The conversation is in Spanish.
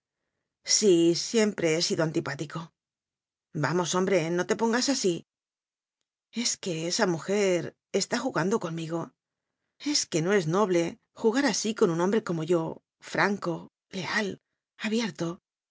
sí siempre he sido antipático vamos hombre no te pongas así es que esa mujer está jugando conmi go es que no es noble jugar así con un hombre como yo franco leal abierto